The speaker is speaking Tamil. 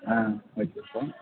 ah okay sir